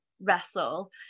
wrestle